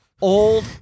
old